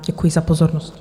Děkuji za pozornost.